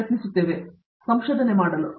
ಪ್ರತಾಪ್ ಹರಿಡೋಸ್ ಸಂಶೋಧನೆ ಮಾಡಲು